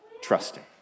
trusting